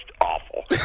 awful